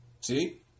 See